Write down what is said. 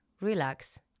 relax